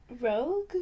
Rogue